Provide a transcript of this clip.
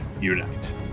Unite